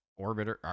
Orbiter